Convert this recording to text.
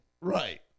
right